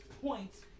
points